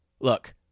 Look